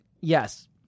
Yes